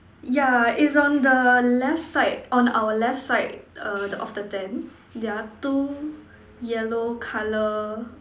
yeah is on the left side on our left side err of the tent there are two yellow colour